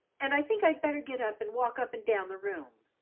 and i think i'd better get up and walk up and down the room.